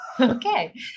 Okay